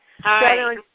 Hi